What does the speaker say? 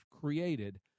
created